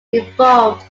involved